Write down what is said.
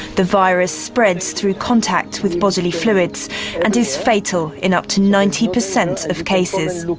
the virus spreads through contact with bodily fluids and is fatal in up to ninety percent of cases.